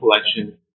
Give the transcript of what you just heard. collection